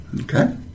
Okay